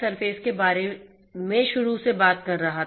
surface के बारे में शुरू से बात कर रहा था